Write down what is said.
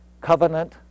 covenant